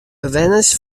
bewenners